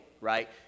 Right